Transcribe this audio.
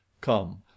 Come